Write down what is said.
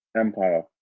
Empire